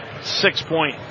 six-point